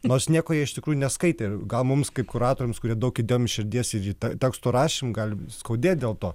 nors nieko jie iš tikrųjų neskaitė gal mums kaip kuratoriams kurie daug įdėjom širdies ir į teksto rašymą gali skaudėti dėl to